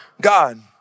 God